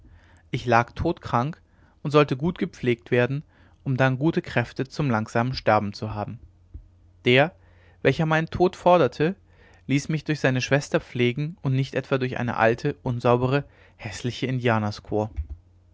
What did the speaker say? ich lag todkrank und sollte gut gepflegt werden um dann gute kräfte zum langsamen sterben zu haben der welcher meinen tod forderte ließ mich durch seine schwester pflegen und nicht etwa durch eine alte unsaubere häßliche